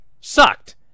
sucked